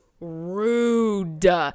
rude